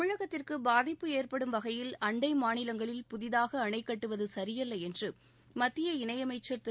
தமிழகத்திற்கு பாதிப்பு ஏற்படும் வகையில் அண்டை மாநிலங்களில் புதிதாக அணை கட்டுவது சரியல்ல என்று மத்திய இணையமைச்சர் திரு